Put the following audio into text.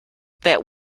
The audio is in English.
that